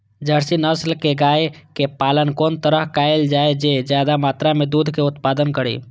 Jersey नस्ल के गाय के पालन कोन तरह कायल जाय जे ज्यादा मात्रा में दूध के उत्पादन करी?